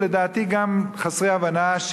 ולדעתי גם חסרי הבנה,